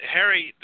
Harry